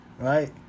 Right